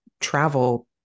travel